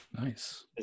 Nice